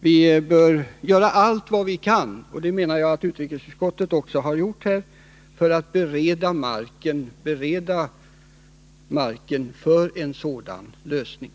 Vi bör göra allt vi kan — och det menar jag att utrikesutskottet också har gjort i det avseendet — för att bereda marken för en sådan lösning.